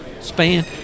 span